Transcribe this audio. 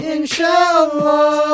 Inshallah